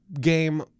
game